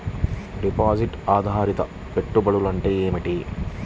Deposit ఆధారిత పెట్టుబడులు అంటే ఏమిటి?